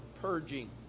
purging